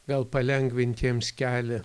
gal palengvint jiems kelią